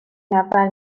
نفر